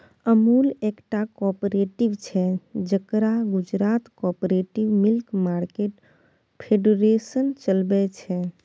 अमुल एकटा कॉपरेटिव छै जकरा Gujarat cooperative milk market federation चलबै छै